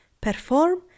perform